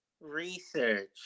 Research